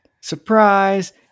surprise